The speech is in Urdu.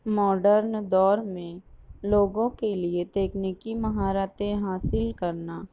ماڈرن دور میں لوگوں کے لیے تکینیکی مہارتیں حاصل کرنا